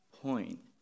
point